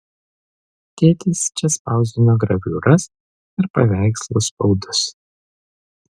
tėtis čia spausdino graviūras ir paveikslų spaudus